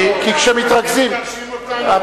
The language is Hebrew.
כי כשמתרגזים, לא,